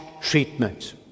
treatment